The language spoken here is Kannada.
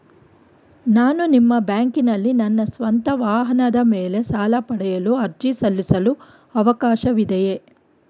ನಾನು ನಿಮ್ಮ ಬ್ಯಾಂಕಿನಲ್ಲಿ ನನ್ನ ಸ್ವಂತ ವಾಹನದ ಮೇಲೆ ಸಾಲ ಪಡೆಯಲು ಅರ್ಜಿ ಸಲ್ಲಿಸಲು ಅವಕಾಶವಿದೆಯೇ?